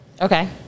okay